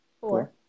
Four